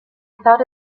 thought